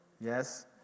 Yes